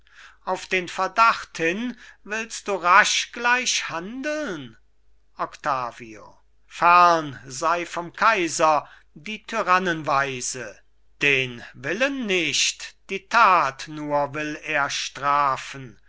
auf den verdacht hin willst du rasch gleich handeln octavio fern sei vom kaiser die tyrannenweise den willen nicht die tat nur will er strafen